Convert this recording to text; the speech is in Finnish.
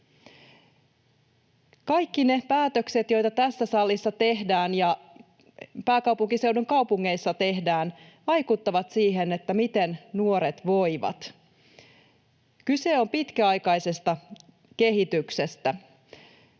Kaikki ne päätökset, joita tässä salissa tehdään ja pääkaupunkiseudun kaupungeissa tehdään, vaikuttavat siihen, miten nuoret voivat. Kyse on pitkäaikaisesta kehityksestä.